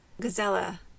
Gazella